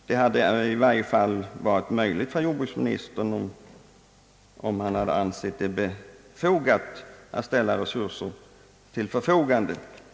Det hade i varje fall varit möjligt för jordbruksministern, om han hade ansett det befogat, att ställa resurser till förfogande.